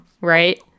right